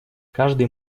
каждый